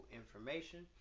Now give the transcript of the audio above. information